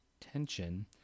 tension